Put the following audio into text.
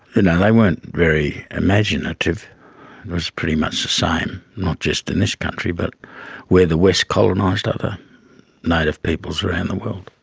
know they weren't very imaginative. it was pretty much the same, not just in this country but where the west colonised other native peoples around the world.